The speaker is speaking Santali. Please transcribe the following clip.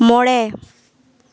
ᱢᱚᱬᱮ